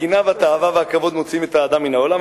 הקנאה והתאווה והכבוד מוציאים את האדם מן העולם.